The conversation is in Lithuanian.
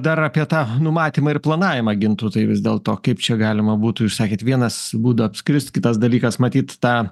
dar apie tą numatymą ir planavimą gintautai vis dėl to kaip čia galima būtų jūs sakėt vienas būdų apskrist kitas dalykas matyt tą